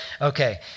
Okay